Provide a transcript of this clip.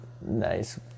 Nice